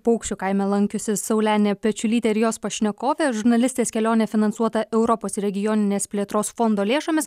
paukščių kaime lankiusis saulenė pečiulytė ir jos pašnekovė žurnalistės kelionė finansuota europos regioninės plėtros fondo lėšomis